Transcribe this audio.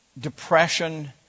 depression